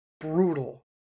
Brutal